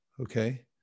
Okay